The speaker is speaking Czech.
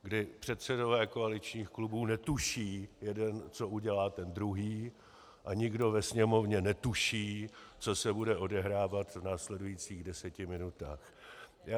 Kdy předsedové koaličních klubů netuší jeden, co udělá ten druhý, a nikdo ve Sněmovně netuší, co se bude odehrávat v následujících deseti minutách.